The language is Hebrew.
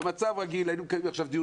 במצב רגיל היינו מקיימים עכשיו דיון